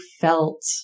felt